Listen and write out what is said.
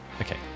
Okay